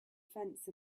fence